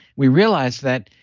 we realized that